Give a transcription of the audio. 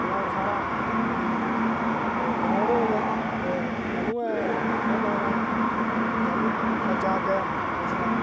ground साढ़ा बड्डी दिक्कत ऐ ते ग्राउंड होग ते तैह्लू गै खेलन होना ऐ तैह्लूं बच्चा अग्गै पुज्जना